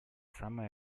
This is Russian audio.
самое